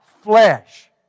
Flesh